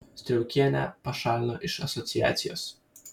striaukienę pašalino iš asociacijos